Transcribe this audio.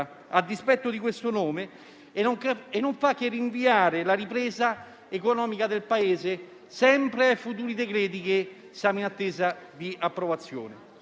a dispetto del suo nome, e non fa che rinviare la ripresa economica del Paese a sempre futuri decreti in attesa di approvazione.